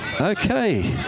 Okay